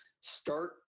start